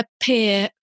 appear